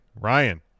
Ryan